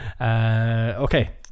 Okay